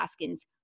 Baskin's